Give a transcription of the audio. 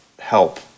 Help